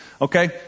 Okay